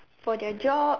for their job